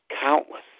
Countless